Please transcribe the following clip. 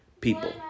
people